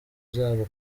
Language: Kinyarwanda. zabo